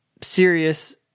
serious